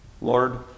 Lord